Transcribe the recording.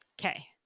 Okay